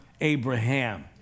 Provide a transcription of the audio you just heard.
Abraham